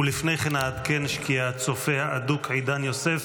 לפני כן אעדכן כי הצופה האדוק עידן יוסף